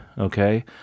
okay